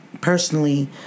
personally